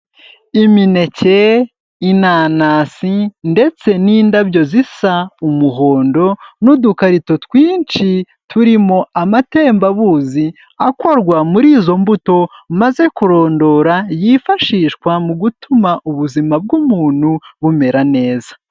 Imineke, inanasi ndetse n'indabyo zisa umuhondo n'udukarito twinshi turimo amatembabuzi akorwa muri izo mbuto maze kurondora, yifashishwa mu gutuma ubuzima bw'umuntu bumera neza.